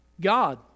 God